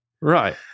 Right